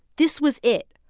this was it.